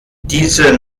diese